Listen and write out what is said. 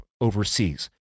overseas